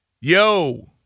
yo